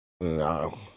No